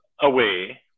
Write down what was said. away